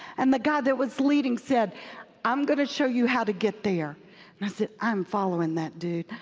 and the guy that was leading said i'm going to show you how to get there, and i said i'm following that dude.